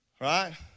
right